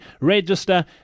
register